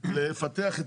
מתנגד לפתח,